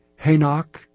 Hanok